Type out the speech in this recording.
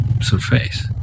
surface